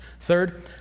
Third